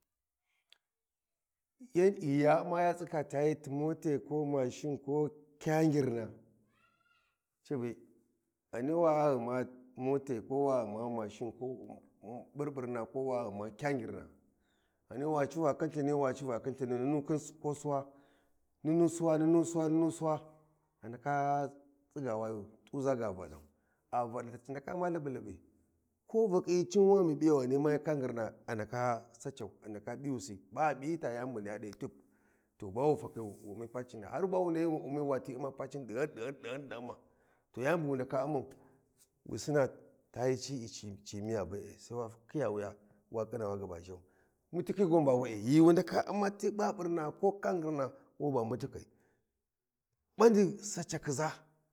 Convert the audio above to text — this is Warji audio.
Ghiya umma ya tsika tayi ti motai ko mashin. Kyagirna ca be Ghani wag huma motai ko wa ghuma mashin baburna ko wa ghuma kyargirna Ghani wa civa khin lthini wa civa khin lthini nunu ko suwa nun suwa nun suwa a ndaka tsiga wayu t’u sa ga valau a valti ga a ndaka umma lipulip, ko vakyi cin ga bi yau Ghani ma hyi ka ngir na a ndaka sa cau a ndaka piyusi ba a piyi ta yani bu niyya dahyi tub to ba wu fakhi wu ummi pacina har ba wu nahyi wati umma pacina dighan dighama to yani bu wu ndaka ummau wi sinna tayi ci I ci miya be’e sai wa khiya wuya wa khina w aba zhau mutikhi kwan ba we’e ghi wu ndaka umma ti baburna ko kangirna mutikhi gwan ba we’e badai sacakhi za.